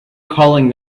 calling